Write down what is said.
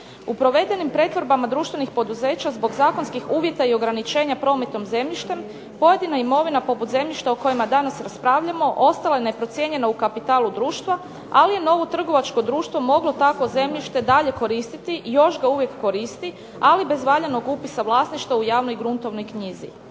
U provedenim pretvorbama društvenih poduzeća zbog zakonskih uvjeta i ograničenja prometom zemljištem pojedina imovina poput zemljišta o kojima danas raspravljamo ostala je neprocijenjena u kapitalu društva, ali je novo trgovačko društvo moglo takvo zemljište i dalje koristiti i još ga uvijek koristi, ali bez valjanog upisa vlasništva u javnoj gruntovnoj knjizi.